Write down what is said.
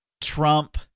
Trump